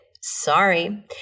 Sorry